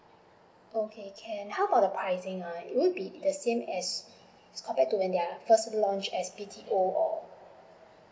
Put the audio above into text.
okay can how about the pricing ah would it be the same as compared to when they are first launch as B_T_O or